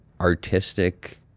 artistic